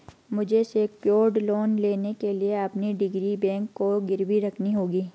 मुझे secured loan लेने के लिए अपनी डिग्री बैंक को गिरवी रखनी होगी